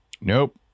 nope